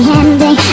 ending